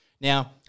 Now